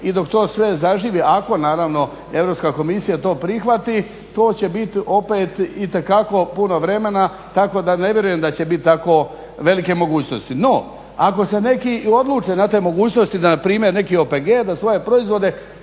i dok to sve zaživi ako naravno Europska komisija to prihvati to će biti opet itekako puno vremena tako da ne vjerujem da će biti tako velike mogućnosti. No, ako se neki i odluče na te mogućnosti da na primjer neki OPG da svoje proizvode